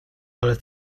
ale